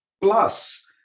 plus